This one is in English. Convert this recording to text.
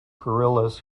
guerrillas